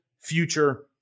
future